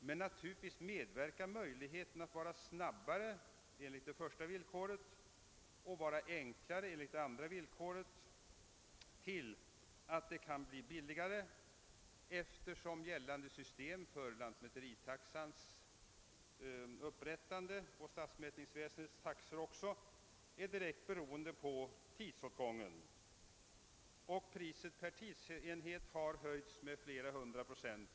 Men naturligtvis kan möjligheterna till snabbare och enklare förfarande medverka till att göra det billigare; gällande lantmäteritaxa liksom stadsmäteriväsendets taxor är ju direkt beroende av tidsåtgången. Priset per tidsenhet har ju på senare år höjts med flera hundra procent.